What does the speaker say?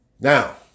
Now